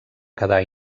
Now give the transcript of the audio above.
quedar